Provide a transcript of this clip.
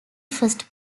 first